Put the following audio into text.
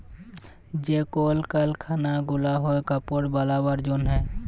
যে কল কারখালা গুলা হ্যয় কাপড় বালাবার জনহে